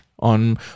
on